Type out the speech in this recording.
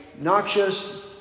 noxious